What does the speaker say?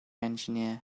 engineer